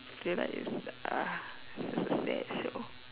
feel like it's like ah just a bad show